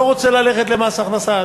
לא רוצה ללכת למס הכנסה,